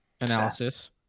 analysis